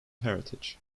heritage